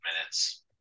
minutes